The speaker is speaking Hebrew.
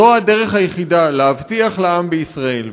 זו הדרך היחידה להבטיח לעם בישראל,